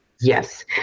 Yes